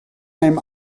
einem